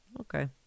Okay